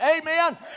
Amen